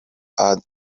had